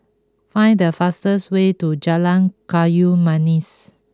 find the fastest way to Jalan Kayu Manis